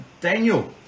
Daniel